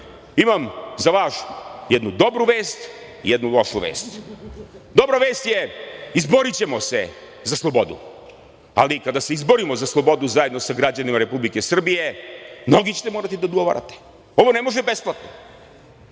imam za vas jednu dobru vest i jednu lošu vest. Dobra vest je - izborićemo se za slobodu. Ali, kada se izborimo za slobodu zajedno sa građanima Republike Srbije, mnogi ćete morati da odgovarate. Ovo ne može besplatno,